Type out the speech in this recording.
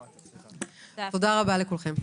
תודה רבה לכולכם.